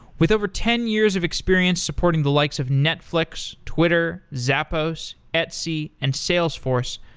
with over ten years of experience supporting the likes of netflix, twitter, zappos, etsy, and salesforce,